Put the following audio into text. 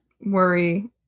worry